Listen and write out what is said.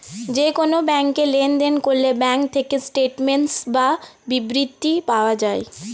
যে কোন ব্যাংকে লেনদেন করলে ব্যাঙ্ক থেকে স্টেটমেন্টস বা বিবৃতি পাওয়া যায়